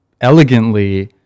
elegantly